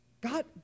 God